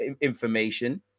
information